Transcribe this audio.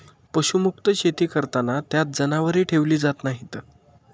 पशुमुक्त शेती करताना त्यात जनावरे ठेवली जात नाहीत